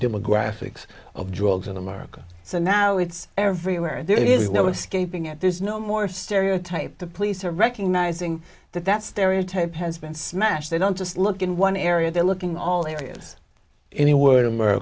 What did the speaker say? demographics of drugs in america so now it's everywhere there is no escaping it there's no more stereotype the police are recognising that that stereotype has been smashed they don't just look in one area they're looking all areas in a word